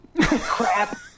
crap